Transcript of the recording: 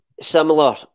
similar